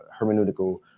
hermeneutical